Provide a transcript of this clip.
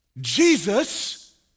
Jesus